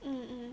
mm mm